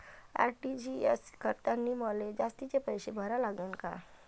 RTGS करतांनी मले जास्तीचे पैसे भरा लागन का?